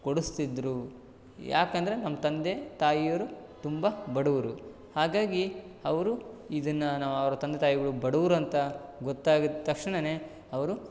ಕೊಡಿಸ್ತಿದ್ರು ಯಾಕಂದರೆ ನಮ್ಮ ತಂದೆ ತಾಯಿಯವರು ತುಂಬ ಬಡವರು ಹಾಗಾಗಿ ಅವರು ಇದನ್ನು ನಾವು ಅವರ ತಂದೆ ತಾಯಿಗಳು ಬಡವ್ರು ಅಂತ ಗೊತ್ತಾಗಿದ್ದ ತಕ್ಷಣನೇ ಅವರು